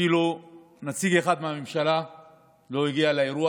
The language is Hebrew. שאפילו נציג אחד מהממשלה לא הגיע לאירוע,